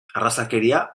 arrazakeria